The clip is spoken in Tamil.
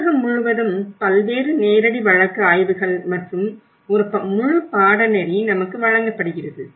உலகம் முழுவதும் பல்வேறு நேரடி வழக்கு ஆய்வுகள் மற்றும் ஒரு முழு பாடநெறி நமக்கு வழங்கப்படுகிறது